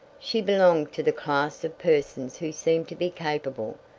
she belonged to the class of persons who seem to be capable,